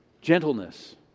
gentleness